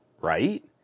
right